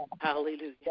Hallelujah